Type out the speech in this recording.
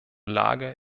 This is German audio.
lage